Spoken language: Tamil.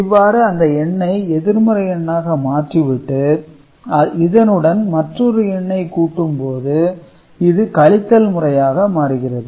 இவ்வாறு அந்த எண்ணை எதிர்மறை எண்ணாக மாற்றிவிட்டு இதனுடன் மற்றொரு எண்ணெய் கூட்டும்போது இது கழித்தல் முறையாக மாறுகிறது